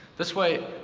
this way,